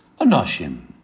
Anoshim